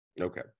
Okay